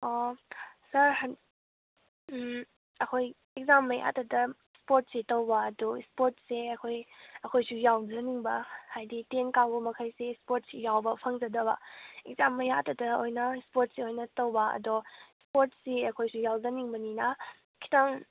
ꯑꯣ ꯁꯔ ꯑꯩꯈꯣꯏ ꯑꯦꯛꯁꯖꯥꯝ ꯃꯌꯥꯗꯨꯗ ꯁ꯭ꯄꯣꯔꯠꯁꯦ ꯇꯧꯕ ꯑꯗꯨ ꯁ꯭ꯄꯣꯔꯠꯁꯦ ꯑꯩꯈꯣꯏ ꯑꯩꯈꯣꯏꯁꯨ ꯌꯥꯎꯖꯅꯤꯡꯕ ꯍꯥꯏꯗꯤ ꯇꯦꯟ ꯀꯥꯕ ꯃꯈꯩꯁꯦ ꯁ꯭ꯄꯣꯔꯠꯁꯦ ꯌꯧꯕ ꯐꯪꯖꯥꯗꯕ ꯑꯦꯛꯁꯖꯥꯝ ꯃꯌꯥꯗꯇ ꯑꯣꯏꯅ ꯁ꯭ꯄꯣꯔꯠꯁꯦ ꯑꯣꯏꯅ ꯇꯧꯕ ꯑꯗꯣ ꯁ꯭ꯄꯣꯔꯠꯁꯦ ꯑꯩꯈꯣꯏꯁꯨ ꯌꯧꯖꯅꯤꯡꯕꯅꯤꯅ ꯈꯤꯇꯪ